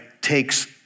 takes